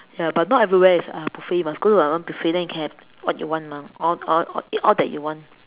ya but not everywhere is uh buffet must go to a one buffet then can have what you want mah or or or eat all that you want